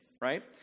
right